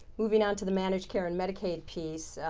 moving um to the managed care and medicaid piece.